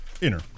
Inner